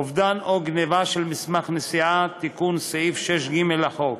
אובדן או גנבה של מסמך נסיעה, תיקון סעיף 6ג לחוק: